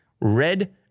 red